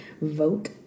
vote